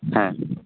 হ্যাঁ